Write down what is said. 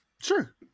Sure